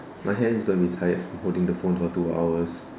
my hand is gonna be tired for holding the phone for two hours